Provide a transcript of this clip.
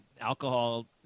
alcohol –